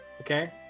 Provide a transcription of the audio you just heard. Okay